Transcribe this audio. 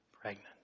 pregnant